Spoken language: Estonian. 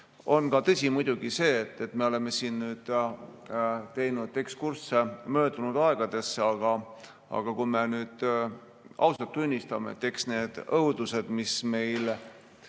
On tõsi muidugi see, et me oleme siin teinud ekskursse möödunud aegadesse, aga kui me nüüd ausalt tunnistame, siis eks need õudused, mis meie